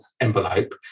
envelope